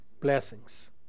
blessings